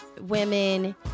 women